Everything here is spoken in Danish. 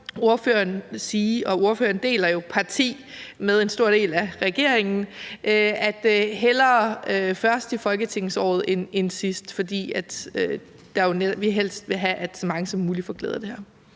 ordføreren – og ordføreren deler jo parti med en stor del af regeringen – sige: hellere først i folketingsåret end sidst, fordi vi helst vil have, at så mange som muligt får glæde af det her.